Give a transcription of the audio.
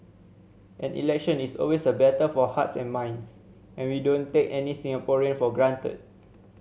an election is always a battle for hearts and minds and we don't take any Singaporean for granted